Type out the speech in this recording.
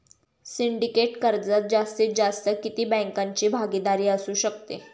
Syndicate कर्जात जास्तीत जास्त किती बँकांची भागीदारी असू शकते?